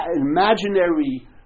imaginary